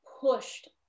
pushed